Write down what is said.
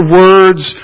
words